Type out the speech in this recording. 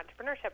entrepreneurship